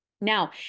now